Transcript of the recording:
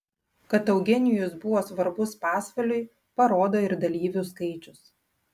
kad eugenijus buvo svarbus pasvaliui parodo ir dalyvių skaičius